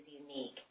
unique